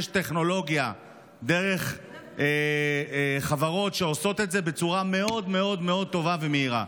יש טכנולוגיה דרך חברות שעושות את זה בצורה מאוד מאוד מאוד טובה ומהירה.